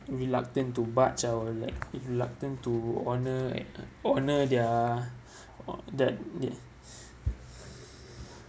reluctant to barge our like he reluctant to honour like uh honour their uh that they